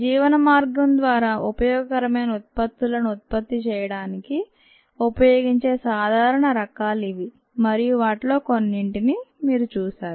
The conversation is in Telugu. జీవన మార్గం ద్వారా ఉపయోగకరమైన ఉత్పత్తులను ఉత్పత్తి చేయడానికి ఉపయోగించే సాధారణ రకాలు ఇవి మరియు వాటిలో కొన్నింటిని మీరు చూశారు